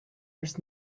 was